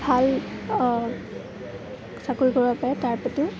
ভাল চাকৰি কৰিব পাৰে তাৰ প্ৰতি